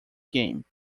game